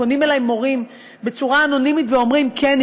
פונים אלי מורים בצורה אנונימית ואומרים: כן,